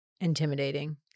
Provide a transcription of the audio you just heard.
intimidating